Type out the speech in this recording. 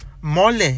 mole